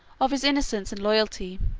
of his innocence and loyalty,